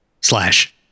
slash